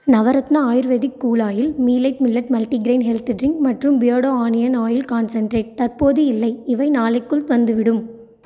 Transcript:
Navratna ayurvedic cool oil Meelite millet multigrain health drink மற்றும் பியர்டோ onion oil concentrate தற்போது இல்லை இவை நாளைக்குள் வந்துவிடும்